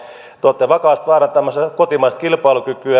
te olette vakavasti vaarantamassa kotimaista kilpailukykyä